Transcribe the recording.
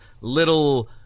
little